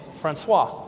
Francois